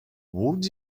would